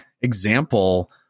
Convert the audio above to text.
example